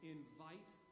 invite